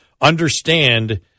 understand